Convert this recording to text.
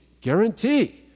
guarantee